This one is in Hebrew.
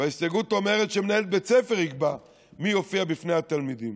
וההסתייגות אומרת שמנהל בית הספר יקבע מי יופיע בפני התלמידים.